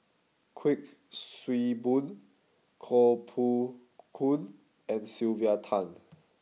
Kuik Swee Boon Koh Poh Koon and Sylvia Tan